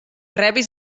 rebis